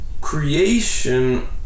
creation